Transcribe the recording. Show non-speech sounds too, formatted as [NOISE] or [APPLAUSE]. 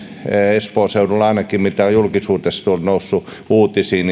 espoon seudulla ainakin mitä on julkisuudessa noussut uutisiin [UNINTELLIGIBLE]